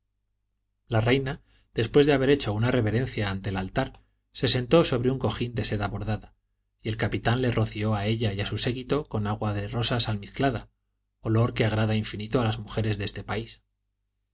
la reina después de haber hecho una reverencia ante el altar se sentó sobre un cojín de seda bordada y el capitán le roció a ella y a su séquito con agua de rosas almizclada olor que agrada infínito a las mujeres de este país